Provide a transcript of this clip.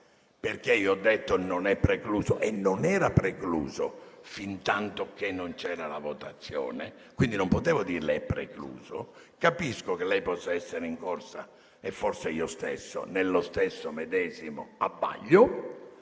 perché ho detto che non era precluso, poiché non era precluso fintanto che non c'era la votazione (quindi non potevo dirle che era precluso), capisco che lei possa essere incorsa - e forse io stesso - nello stesso medesimo abbaglio;